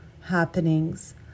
happenings